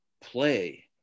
play